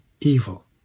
evil